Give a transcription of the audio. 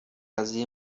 قضیه